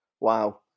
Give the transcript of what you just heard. Wow